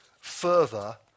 further